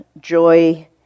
joy